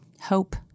hope